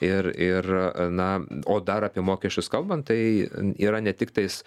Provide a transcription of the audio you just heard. ir ir na o dar apie mokesčius kalbant tai yra ne tiktais